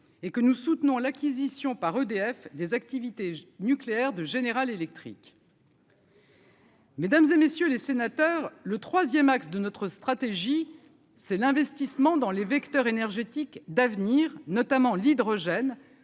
et que nous soutenons l'acquisition par EDF des activités nucléaires de General Electric. Mesdames et messieurs les sénateurs, le 3ème, axe de notre stratégie, c'est l'investissement dans les vecteurs énergétiques d'avenir, notamment l'hydrogène